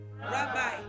Rabbi